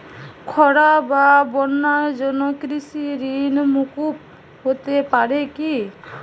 খরা বা বন্যার জন্য কৃষিঋণ মূকুপ হতে পারে কি?